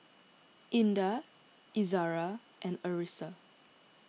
Indah Izara and Arissa